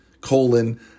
colon